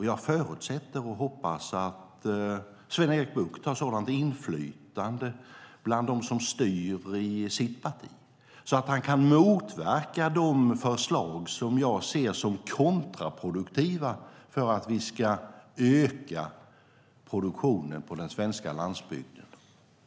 Jag förutsätter och hoppas att Sven-Erik Bucht har sådant inflytande bland dem som styr i hans parti att han kan motverka de förslag som jag ser som kontraproduktiva för att vi ska öka produktionen på den svenska landsbygden.